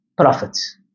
prophets